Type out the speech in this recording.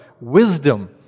wisdom